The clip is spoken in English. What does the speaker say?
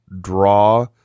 draw